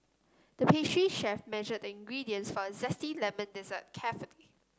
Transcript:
the pastry chef measured the ingredients for a zesty lemon dessert carefully